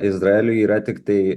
izraeliui yra tiktai